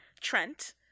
trent